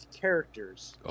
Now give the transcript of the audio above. characters